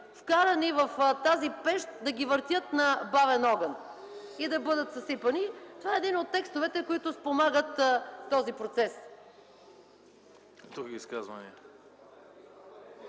вкарани в тази пещ да ги въртят на бавен огън и да бъдат съсипани. Това е един от текстовете, които спомагат този процес.